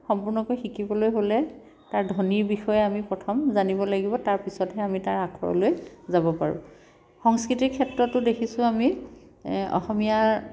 সম্পূৰ্ণকৈ শিকিবলৈ হ'লে তাৰ ধ্বনিৰ বিষয়ে আমি প্ৰথম জানিব লাগিব তাৰ পিছতহে আমি তাৰ আখৰলৈ যাব পাৰোঁ সংস্কৃতিৰ ক্ষেত্ৰতো দেখিছোঁ আমি অসমীয়াৰ